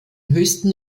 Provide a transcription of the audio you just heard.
höchsten